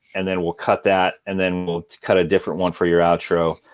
and then we'll cut that. and then we'll cut a different one for your outro.